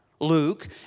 Luke